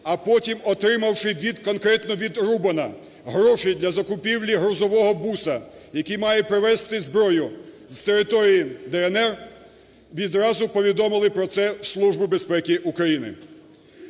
а потім отримавши конкретно від Рубана грошей для закупівлі грузового буса, який має привести зброю з території "ДНР", відразу повідомили про це в Службу безпеки України.